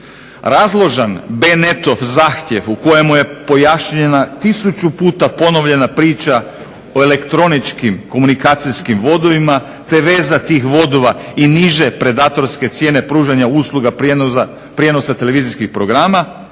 Razložan B-NET-ov zahtjev u kojem je pojašnjena tisuću puta ponovljena priča o elektroničkim komunikacijskim vodovima, te veza tih vodova i niže predatorske cijene pružanja usluga prijenosa televizijskih programa